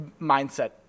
mindset